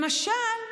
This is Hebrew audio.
למשל,